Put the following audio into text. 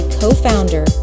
co-founder